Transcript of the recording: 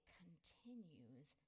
continues